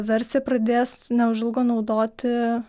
versiją pradės neužilgo naudoti